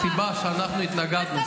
הסיבה שאנחנו התנגדנו,